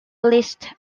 lists